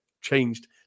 changed